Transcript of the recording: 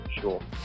sure